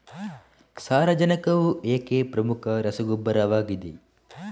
ಸಾರಜನಕವು ಏಕೆ ಪ್ರಮುಖ ರಸಗೊಬ್ಬರವಾಗಿದೆ?